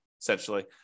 essentially